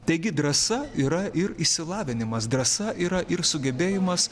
taigi drąsa yra ir išsilavinimas drąsa yra ir sugebėjimas